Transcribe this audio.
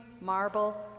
marble